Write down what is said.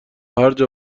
هرجا